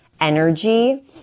energy